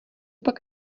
pak